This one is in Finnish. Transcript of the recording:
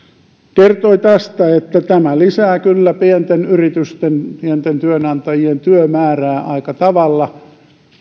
kertoi tästä että tämä lisää kyllä pienten yritysten pienten työnantajien työmäärää aika tavalla